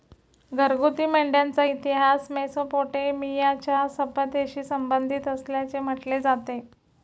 घरगुती मेंढ्यांचा इतिहास मेसोपोटेमियाच्या सभ्यतेशी संबंधित असल्याचे म्हटले जाते